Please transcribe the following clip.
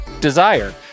Desire